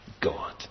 God